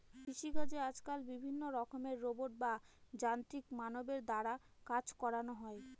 কৃষিকাজে আজকাল বিভিন্ন রকমের রোবট বা যান্ত্রিক মানবের দ্বারা কাজ করানো হয়